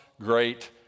great